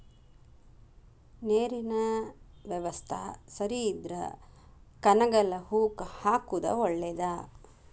ನೇರಿನ ಯವಸ್ತಾ ಸರಿ ಇದ್ರ ಕನಗಲ ಹೂ ಹಾಕುದ ಒಳೇದ